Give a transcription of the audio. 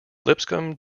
lipscomb